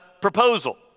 proposal